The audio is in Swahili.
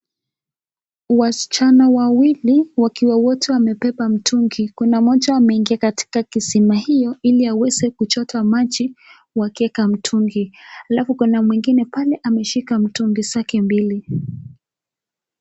Wasichana wawili wakiwa wote wamebeba mtungi. Kuna moja ameingia katika kisima hio ili aweze kuchota maji wakieka mtungi alafu kuna mwingine pale ameshika mtungi zake mbili.